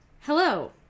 Hello